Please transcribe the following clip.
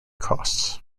costs